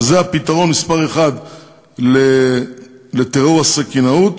שזה הפתרון מספר אחת לטרור הסכינאות.